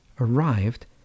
arrived